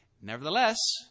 Nevertheless